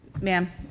Ma'am